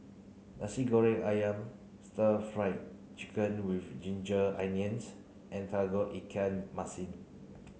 Nasi Goreng Ayam stir fry chicken with ginger onions and Tauge Ikan Masin